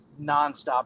nonstop